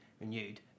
renewed